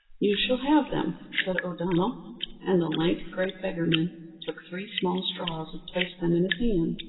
you shall have them, said o'donnell and the lank, grey beggarman took three small straws and placed them in his hand.